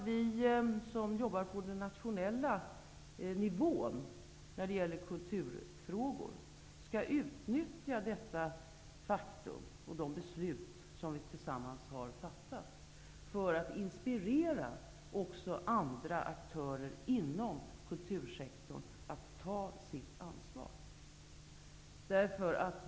Vi som jobbar på den nationella nivån när det gäller kulturfrågor skall utnyttja detta faktum och de beslut som vi har fattat tillsammans för att inspirera andra aktörer inom kultursektorn att ta sitt ansvar.